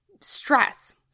stress